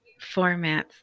formats